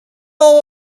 all